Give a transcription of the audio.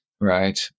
right